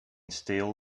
steel